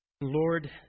Lord